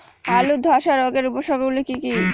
আলুর ধ্বসা রোগের উপসর্গগুলি কি কি?